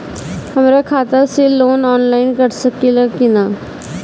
हमरा खाता से लोन ऑनलाइन कट सकले कि न?